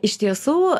iš tiesų